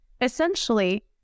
essentially